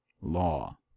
Law